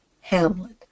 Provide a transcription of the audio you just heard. Hamlet